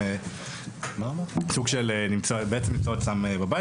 הן נמצאות בבית,